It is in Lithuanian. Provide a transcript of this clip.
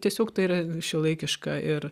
tiesiog tai yra šiuolaikiška ir